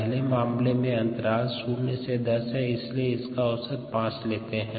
पहले मामले में अंतराल 0 से 10 है इसलिए इसका औसत 5 लेते है